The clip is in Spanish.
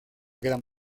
quedan